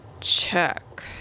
Check